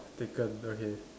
taken okay